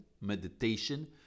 meditation